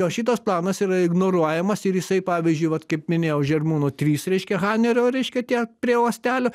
o šitas planas yra ignoruojamas ir jisai pavyzdžiui vat kaip minėjau žirmūnų trys reiškia hanerio reiškia tie prie uostelio